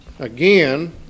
Again